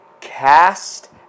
Cast